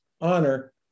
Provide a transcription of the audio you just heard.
honor